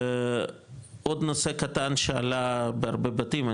עוד נושא קטן שעלה בהרבה בתים,